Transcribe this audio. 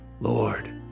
Lord